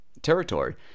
territory